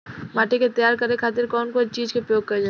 माटी के तैयार करे खातिर कउन कउन चीज के प्रयोग कइल जाला?